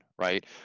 right